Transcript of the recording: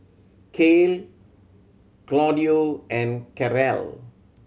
Kale Claudio and Karel